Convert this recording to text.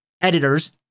editors